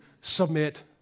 submit